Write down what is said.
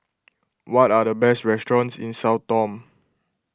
what are the best restaurants in Sao Tome